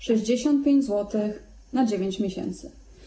65 zł na 9 miesięcy.